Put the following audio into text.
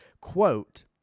Quote